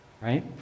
Right